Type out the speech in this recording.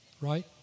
Right